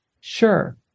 Sure